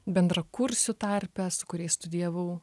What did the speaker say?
bendrakursių tarpe su kuriais studijavau